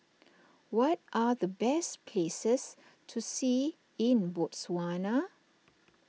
what are the best places to see in Botswana